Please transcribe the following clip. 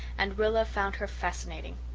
and rilla found her fascinating.